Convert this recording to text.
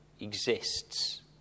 exists